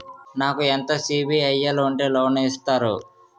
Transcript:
నాకు ఎంత సిబిఐఎల్ ఉంటే లోన్ ఇస్తారు?